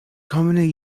commonly